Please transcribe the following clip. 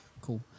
cool